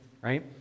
right